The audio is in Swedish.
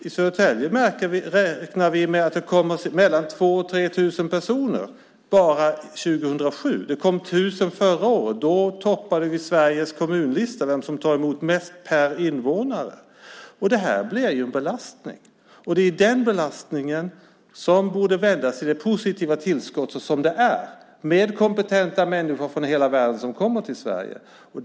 I Södertälje räknar vi med att det kommer mellan 2 000 och 3 000 personer bara 2007. Det kom ungefär 1 000 personer förra året. Då toppade vi Sveriges kommunlista över vilka som tar emot flest per invånare. Det här blir en belastning, och det är den belastningen som borde vändas till det positiva tillskott som det är med kompetenta människor från hela världen som kommer till Sverige.